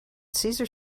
cesar